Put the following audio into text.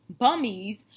bummies